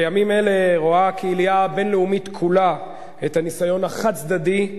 בימים אלה רואה הקהילייה הבין-לאומית כולה את הניסיון החד-צדדי,